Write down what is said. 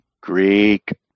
Greek